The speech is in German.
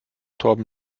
torben